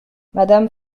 madame